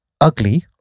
ugly